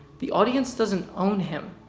the audience doesn't own him,